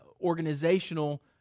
organizational